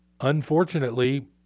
Unfortunately